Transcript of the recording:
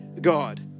God